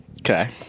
Okay